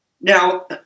Now